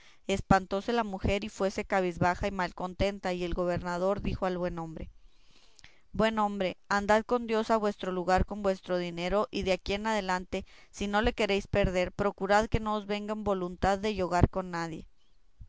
espantóse la mujer y fuese cabizbaja y mal contenta y el gobernador dijo al hombre buen hombre andad con dios a vuestro lugar con vuestro dinero y de aquí adelante si no le queréis perder procurad que no os venga en voluntad de yogar con nadie